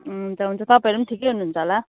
हुन्छ हुन्छ तपाईँहरू पनि ठिकै हुनुहुन्छ होला